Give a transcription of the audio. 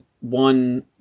one